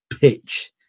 pitch